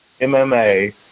MMA